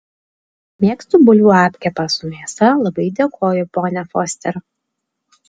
mėgstu bulvių apkepą su mėsa labai dėkoju ponia foster